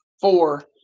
four